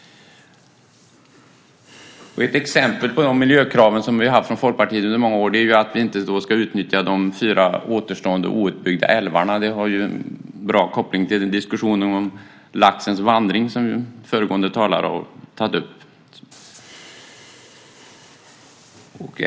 Ett exempel på miljökrav som vi har haft från Folkpartiet under många år är att vi inte ska utnyttja de fyra återstående outbyggda älvarna. Det har ju en bra koppling till diskussionen om laxens vandring som föregående talare har tagit upp.